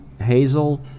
Hazel